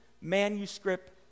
manuscript